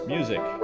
Music